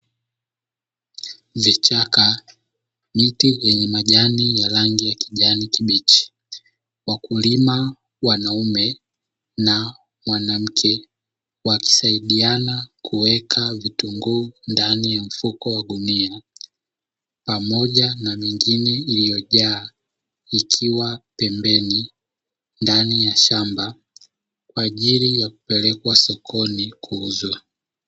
Vichaka, miti yenye majani ya rangi ya kijani kibichi, wakulima wanaume na mwanamke wakisaidiana kuweka vitunguu ndani ya mfuko wa gunia, pamoja na mingine iliyojaa ikiwa pembeni ndani ya shamba, kwa ajili ya kupelekwa sokoni kuuzwa.